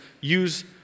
use